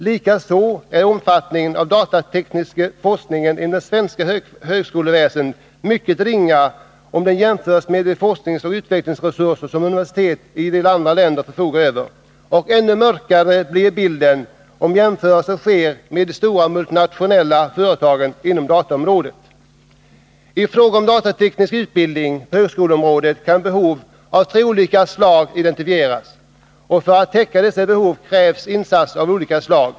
Likaså är omfattningen av den datatekniska forskningen inom det svenska högskoleväsendet mycket ringa jämförd med de forskningsoch utvecklingsresurser som universiteten i en del andra länder förfogar över. Ännu mörkare blir bilden om jämförelse sker med de stora multinationella företagen inom dataområdet. I fråga om datateknisk utbildning på högskoleområdet kan behov av tre slag identifieras, och för att täcka dessa behov krävs insatser av olika slag.